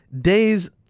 days